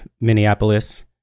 Minneapolis